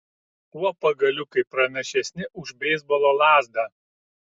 tuo pagaliukai pranašesni už beisbolo lazdą